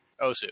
Osu